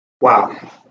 Wow